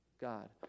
God